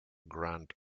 grand